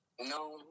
No